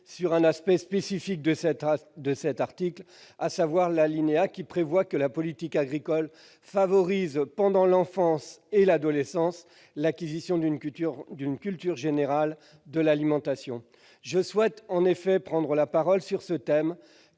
sur un aspect spécifique de cet article, à savoir l'alinéa qui prévoit que la politique agricole favorise, pendant l'enfance et l'adolescence, l'acquisition d'une culture générale de l'alimentation. Je souhaite prendre la parole sur ce thème,